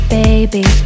baby